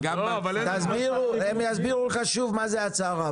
הם יסבירו לך שוב מה זאת הצהרה.